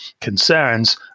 concerns